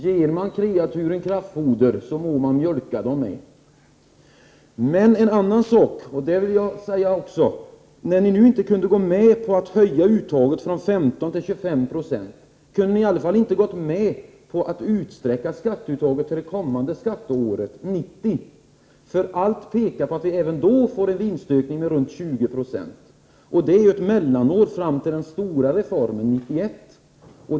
Ger man kreaturen kraftfoder, må man också mjölka dem. Så till en annan sak. Ni kunde inte gå med på en höjning av skatteuttaget från 15 till 25 26. Men ni kunde väl ändå ha gått med på att utsträcka skatteuttaget till det kommande skatteåret 1990. Allt pekar ju på att det även då blir en vinstökning om runt 20 96. 1990 blir ett mellanår före den stora 129 reformen 1991.